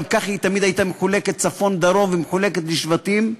גם ככה היא תמיד הייתה מחולקת לצפון ודרום ומחולקת לשבטים.